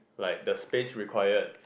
like the space required